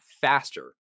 faster